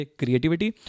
creativity